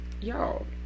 y'all